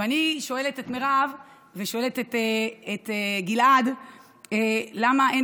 ואני שואלת את מירב ואת גלעד למה אין